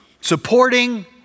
supporting